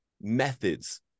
methods